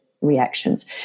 reactions